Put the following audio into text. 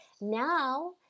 now